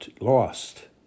lost